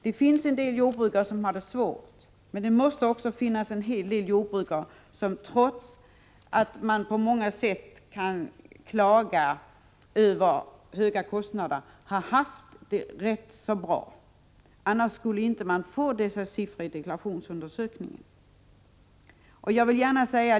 Det finns en hel del jordbrukare som har det svårt, men det måste också finnas en hel del jordbrukare som trots att de på många sätt klagar över höga kostnader har haft det rätt så bra. Annars skulle det inte vara sådana siffror i deklarationsundersökningen.